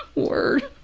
word.